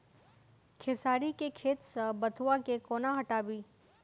खेसारी केँ खेत सऽ बथुआ केँ कोना हटाबी